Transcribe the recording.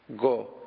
Go